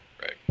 Right